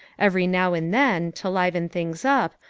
every now and then, to liven things up,